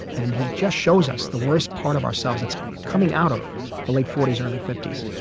and he just shows us the worst part of ourselves that's coming out of the late forty s early fifty s.